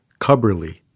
Cubberly